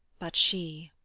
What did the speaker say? but she,